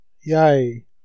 Yay